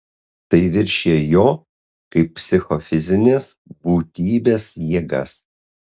tai viršija jo kaip psichofizinės būtybės jėgas